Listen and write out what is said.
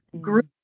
group